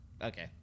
okay